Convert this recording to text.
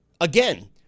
Again